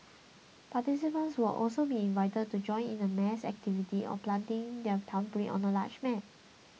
participants will also be invited to join in a mass activity of planting their thumbprint on a large map